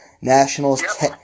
Nationals